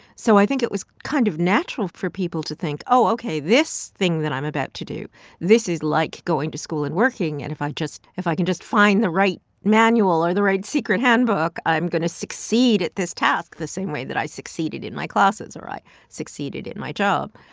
so i think it was kind of natural for people to think, oh, ok, this thing that i'm about to do this is like going to school and working. and if i just if i can just find the right manual or the right secret handbook, i'm going to succeed at this task the same way that i succeeded in my classes or i succeeded at my job.